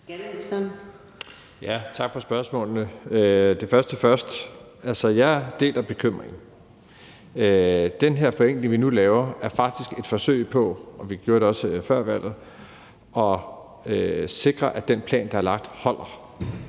Tak for spørgsmålene. Til det første spørgsmål vil jeg sige, at jeg deler bekymringen. Den forenkling, vi nu laver, er faktisk et forsøg på – og vi gjorde det også før valget – at sikre, at den plan, der er lagt, holder.